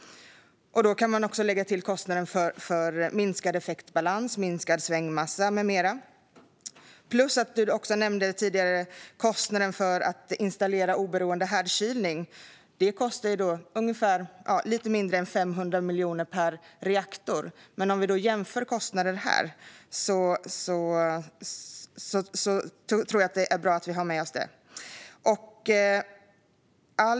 Man kan också lägga till kostnaden för minskad effektbalans, minskad svängmassa med mera, plus kostnaden för att installera oberoende härdkylning, som ministern nämnde tidigare, som är lite mindre än 500 miljoner per reaktor. Om vi ska jämföra kostnader tror jag att det är bra om vi har med oss detta.